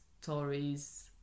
stories